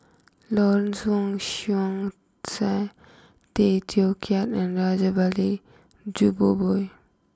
Lawrence Wong Shyun Tsai Tay Teow Kiat and Rajabali Jumabhoy